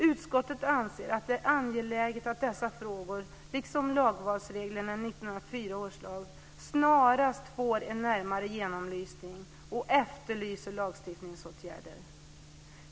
Utskottet anser att det är angeläget att dessa frågor liksom lagvalsreglerna i 1904 års lag snarast får en närmare genomlysning och efterlyser lagstiftningsåtgärder.